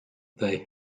they